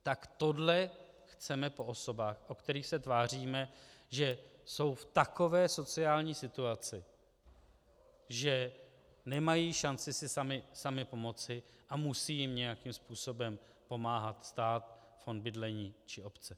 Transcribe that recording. Tak tohle chceme po osobách, o kterých se tváříme, že jsou v takové sociální situaci, že nemají šanci si samy pomoci, a musí jim nějakým způsobem pomáhat stát, fond bydlení či obce.